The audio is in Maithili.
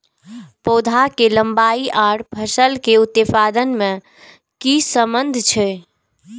पौधा के लंबाई आर फसल के उत्पादन में कि सम्बन्ध छे?